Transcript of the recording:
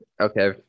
Okay